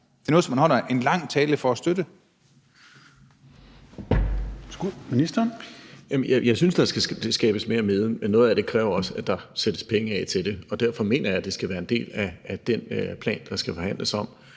nej til noget, man holder en lang tale til støtte